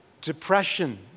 depression